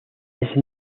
ese